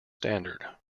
standard